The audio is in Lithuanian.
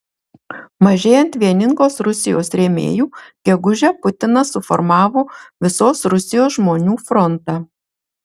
mažėjant vieningos rusijos rėmėjų gegužę putinas suformavo visos rusijos žmonių frontą